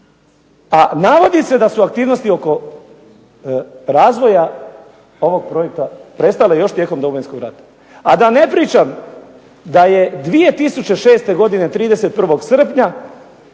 a navodi se da su aktivnosti oko razvoja ovog projekta prestale još tijekom Domovinskog rata. A da ne pričam da je 2006. godine 31. srpnja